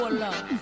love